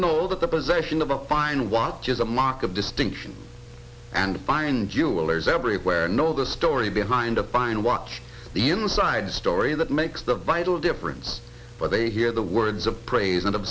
know that the possession of a fine watch is a mark of distinction and find jewelers everywhere know the story behind a fine watch the inside story that makes the vital difference but they hear the words of praise